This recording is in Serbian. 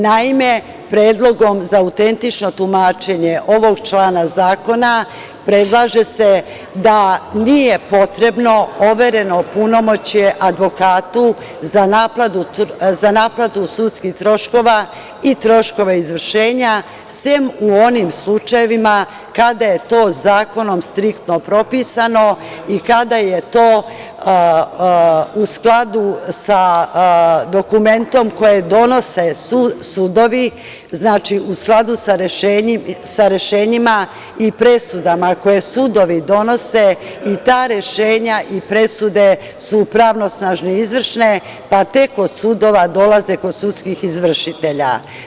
Naime, Predlogom za autentično tumačenje ovog člana zakona predlaže se da nije potrebno overeno punomoćje advokatu za naplatu sudskih troškova i troškova izvršenja sem u onim slučajevima kada je to zakonom striktno propisano i kada je to u skladu sa dokumentom koje donose sudovi, znači, u skladu sa rešenjima i presudama koje sudovi donose i ta rešenja i presude su pravnosnažne, izvršne, pa tek od sudova dolaze kod sudskih izvršitelja.